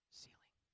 ceiling